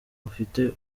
bafite